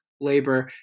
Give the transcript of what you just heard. Labor